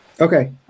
Okay